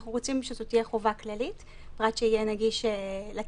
אנחנו רוצים שזו תהיה חובה כללית פרט שיהיה נגיש לציבור